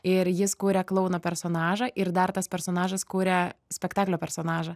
ir jis kuria klouno personažą ir dar tas personažas kuria spektaklio personažą